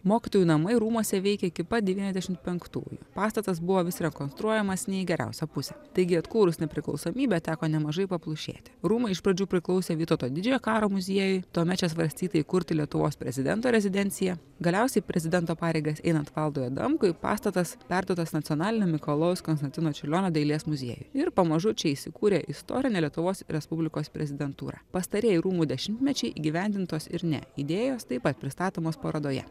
mokytojų namai rūmuose veikė iki pat devyniasdešimt penktųjų pastatas buvo vis rekonstruojamas ne į geriausią pusę taigi atkūrus nepriklausomybę teko nemažai paplušėti rūmai iš pradžių priklausė vytauto didžiojo karo muziejui tuomet čia svarstyta įkurti lietuvos prezidento rezidenciją galiausiai prezidento pareigas einant valdui adamkui pastatas perduotas nacionaliniam mikalojaus konstantino čiurlionio dailės muziejui ir pamažu čia įsikūrė istorinė lietuvos respublikos prezidentūra pastarieji rūmų dešimtmečiai įgyvendintos ir ne idėjos taip pat pristatomos parodoje